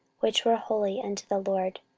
which were holy unto the lord,